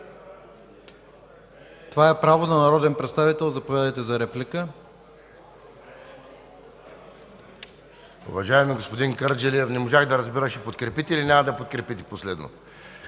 Това е право на народния представител – заповядайте за реплика.